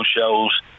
shows